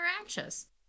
anxious